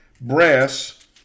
brass